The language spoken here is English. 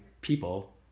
people